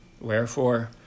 Wherefore